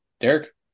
Derek